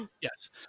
yes